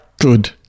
Good